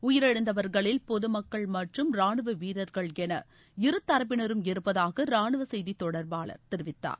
உயிரிழந்தவர்களில் பொது மக்கள் மற்றும் ரானுவ வீரர்கள் என இருதரப்பினரும் இருப்பதாக ரானுவ செய்தி தொடர்பாளர் தெரிவித்தார்